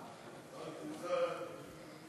אין מתנגדים.